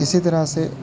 اسی طرح سے